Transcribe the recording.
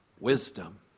wisdom